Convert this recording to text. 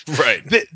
Right